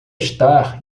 estar